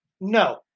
no